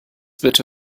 bitte